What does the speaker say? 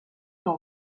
dans